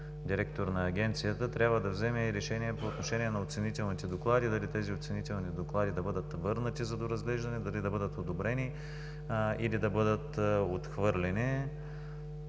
директор на Агенцията. Трябва да вземе решение и по отношение на оценителните доклади – дали тези оценителни доклади да бъдат върнати за доразглеждане, дали да бъдат одобрени, или да бъдат отхвърлени.